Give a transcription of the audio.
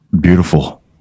Beautiful